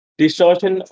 distortion